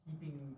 keeping